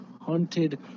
Haunted